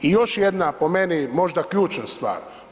I još jedna po meni možda ključna stvar.